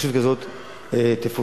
רשות כזאת תפוזר.